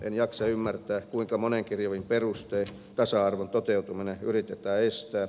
en jaksa ymmärtää kuinka monenkirjavin perustein tasa arvon toteutuminen yritetään estää